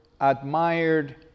Admired